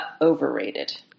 overrated